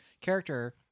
character